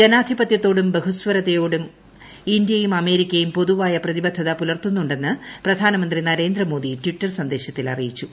ജനാധിപത്യത്തോടും ബഹുസ്വരതയോടും ഇന്ത്യയും അമേരിക്കയും പൊതുവായ പ്രതിബദ്ധത പുലർത്തുന്നുന്നെ് പ്രധാനമന്ത്രി നരേന്ദ്രമോദി ടിറ്റർ സന്ദേശത്തിൽ അറിയിച്ചു